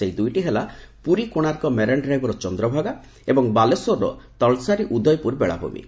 ସେହି ଦୁଇଟି ହେଲା ପୁରୀ କୋଶାର୍କ ମେରାଇନଡ୍ରାଇଭ୍ର ଚନ୍ଦ୍ରଭାଗା ଏବଂ ବାଲେଶ୍ୱରର ତଳସାରୀ ଉଦୟପୁର ବେଳାଭୂମି